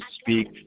speak